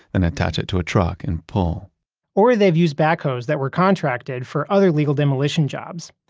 then attach it to a truck and pull or they've used backhoes that were contracted for other legal demolition jobs.